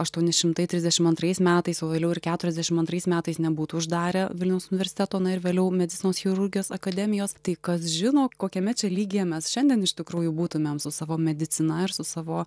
aštuoni šimtai trisdešim antrais metais o vėliau ir keturiasdešim antrais metais nebūtų uždarę vilniaus universiteto na ir vėliau medicinos chirurgijos akademijos tai kas žino kokiame čia lygyje mes šiandien iš tikrųjų būtumėm su savo medicina ir su savo